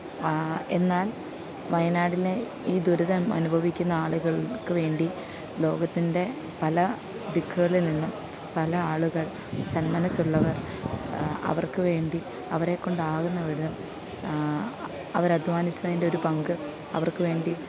എന്നാല് വയനാടിലെ ഈ ദുരിതം അനുഭവിക്കുന്ന ആളുകള്ക്ക് വേണ്ടി ലോകത്തിന്റെ പല ദിക്കുകളിൽ നിന്നും പല ആളുകള് സന്മനസ്സുള്ളവര് അവര്ക്ക് വേണ്ടി അവരെക്കൊണ്ട് ആകുന്ന വിധം അവർ അധ്വാനിച്ചതിന്റെ ഒരു പങ്ക് അവര്ക്ക് വേണ്ടി